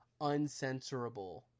uncensorable